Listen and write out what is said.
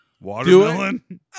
Watermelon